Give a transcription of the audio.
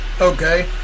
Okay